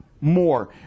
more